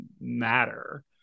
matter